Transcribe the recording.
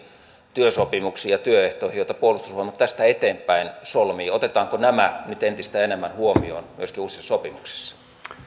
työsopimuksiin ja työehtoihin joita puolustusvoimat tästä eteenpäin solmii otetaanko nämä nyt entistä enemmän huomioon myöskin uusissa sopimuksissa